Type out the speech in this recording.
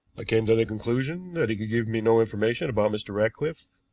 i came to the conclusion that he could give me no information about mr. ratcliffe.